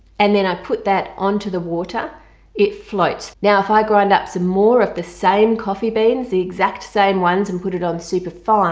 and then i put that on to the water it floats. now if i grind up some more of the same coffee beans the exact same ones and put it on superfine